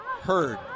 Heard